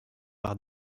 par